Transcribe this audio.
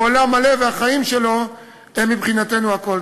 הוא עולם מלא, והחיים שלו הם מבחינתנו הכול.